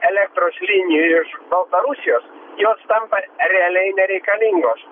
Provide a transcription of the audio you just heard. elektros linijų iš baltarusijos jos tampa realiai nereikalingos